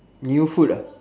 new food ah